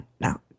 Now